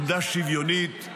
עמדה שוויונית,